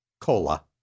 cola